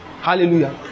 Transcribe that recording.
Hallelujah